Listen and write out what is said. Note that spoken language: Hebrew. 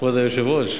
כבוד היושב- ראש.